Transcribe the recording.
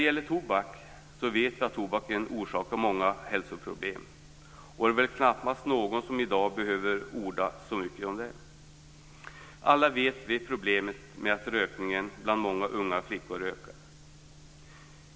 Vi vet att tobaken orsakar många hälsoproblem. Det är väl knappast något som man i dag behöver orda så mycket om. Alla känner vi till problemet med att rökningen bland många unga flickor ökar.